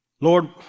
Lord